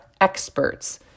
experts